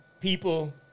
people